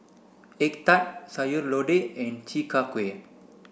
egg tart Sayur Lodeh and Chi Kak Kuih